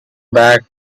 back